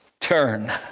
Turn